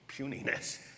puniness